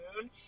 Moon